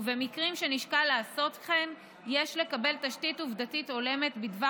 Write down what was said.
ובמקרים שנשקל לעשות כן יש לקבל תשתית עובדתית הולמת בדבר